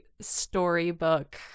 storybook